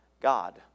God